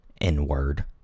N-word